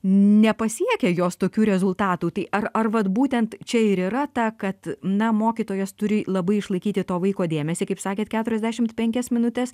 nepasiekia jos tokių rezultatų tai ar ar vat būtent čia ir yra ta kad na mokytojas turi labai išlaikyti to vaiko dėmesį kaip sakėte keturiasdešimt penkias minutes